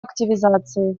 активизации